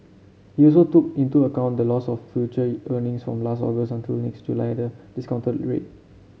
he also took into account the loss of future earnings from last August until next July the discounted rate